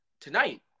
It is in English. tonight